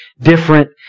different